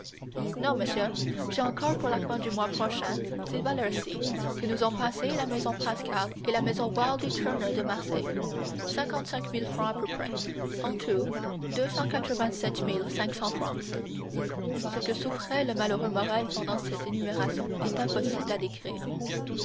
non monsieur j'ai encore pour la fin du mois prochain ces valeurs ci que nous ont passées la maison pascal et la maison wild et turner de marseille cinquante-cinq mille francs à peu près en tout deux cent quatre-vingt-sept mille cinq cents francs ce que souffrait le malheureux morrel pendant cette énumération est impossible à décrire